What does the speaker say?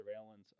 surveillance